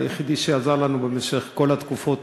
היחיד שעזר לנו בכל התקופות,